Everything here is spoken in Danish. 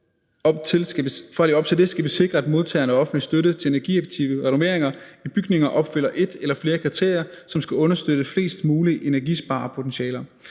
For at leve op til det skal vi sikre, at modtagerne af offentlig støtte til energieffektive renoveringer af bygninger opfylder et eller flere kriterier, som skal understøtte flest mulige energisparepotentialer.